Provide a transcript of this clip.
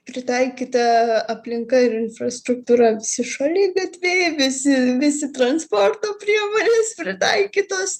pritaikyta aplinka ir infrastruktūra visi šaligatviai visi visi transporto priemonės pritaikytos